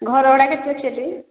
ଘର ଭଡ଼ା କେତେ ଅଛି ସେଠି